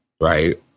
right